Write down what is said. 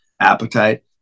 Appetite